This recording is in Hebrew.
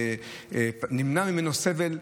נמנע ממנו סבל,